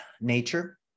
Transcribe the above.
nature